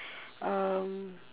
um